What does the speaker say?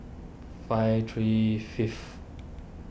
five three fifth